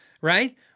right